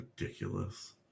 Ridiculous